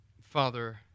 Father